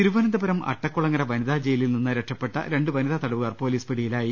തിരുവനന്തപുരം അട്ടക്കുളങ്ങര വനിതാ ജയിലിൽ നിന്ന് രക്ഷ പ്പെട്ട രണ്ട് വനിതാ തടവുകാർ പൊലീസ് പിടിയിലായി